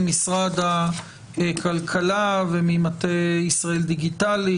ממשרד הכלכלה וממטה ישראל דיגיטלית,